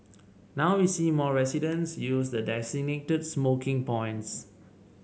now we see more residents use the designated smoking points